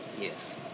Yes